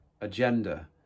agenda